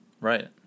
Right